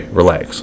relax